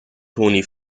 toni